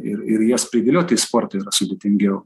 ir ir jas privilioti į sportą yra sudėtingiau